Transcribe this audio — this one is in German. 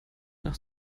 nach